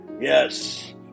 Yes